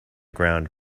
ground